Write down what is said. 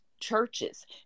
churches